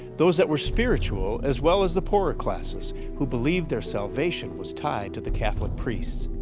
those that were spiritual, as well as the poorer classes who believed their salvation was tied to the catholic priests.